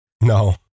No